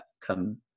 come